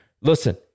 Listen